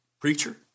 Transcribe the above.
preacher